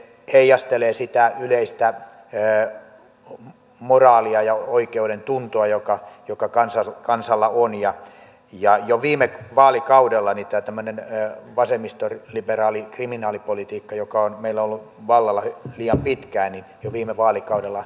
se heijastelee sitä yleistä moraalia ja oikeudentuntoa joka kansalla on ja jo viime vaalikaudella tämmöiseen vasemmistoliberaaliin kriminaalipolitiikkaan joka on meillä ollut vallalla liian pitkään jo viime vaalikaudella